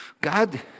God